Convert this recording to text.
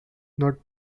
not